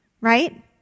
Right